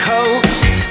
Coast